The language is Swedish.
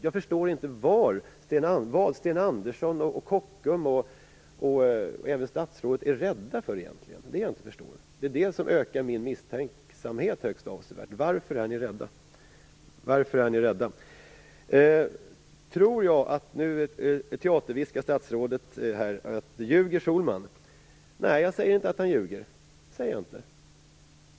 Jag förstår inte vad Sten Andersson, Kockums och statsrådet är rädda för egentligen. Det är det jag inte förstår, och det är det som ökar min misstänksamhet högst avsevärt. Varför är ni rädda? Nu teaterviskar statsrådet här: "Ljuger Sohlman?" Nej, jag säger inte att han ljuger. Det säger jag inte.